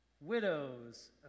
widows